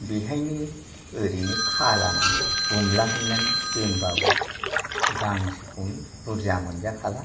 बेहायनो ओरैनो खालानानै गुमलाहैनानै दोनबाबो गांसोखौनो बुरजा मोनजाखाला